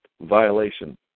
violation